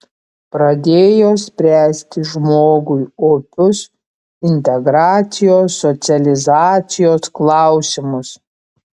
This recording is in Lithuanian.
pradėjo spręsti žmogui opius integracijos socializacijos klausimus